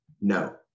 No